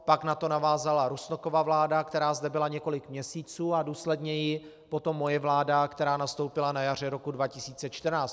Pak na to navázala Rusnokova vláda, která zde byla několik měsíců, a důsledněji potom moje vláda, která nastoupila na jaře roku 2014.